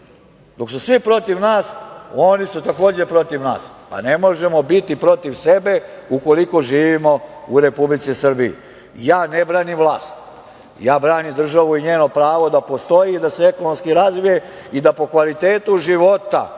Dok su svi protiv nas, oni su takođe protiv nas. Ne možemo biti protiv sebe, ukoliko živimo u Republici Srbiji. Ne branim vlast, branim državu i njeno pravo da postoji, da se ekonomski razvija i da po kavalitetu života